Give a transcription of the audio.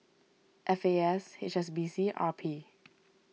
F A S H S B C and R P